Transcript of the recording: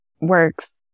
works